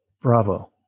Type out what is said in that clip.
bravo